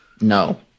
No